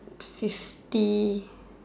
fifty